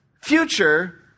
future